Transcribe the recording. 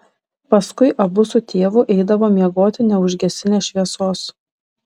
paskui abu su tėvu eidavo miegoti neužgesinę šviesos